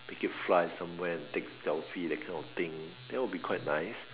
make it fly somewhere and take selfie that kind of thing that will be quite nice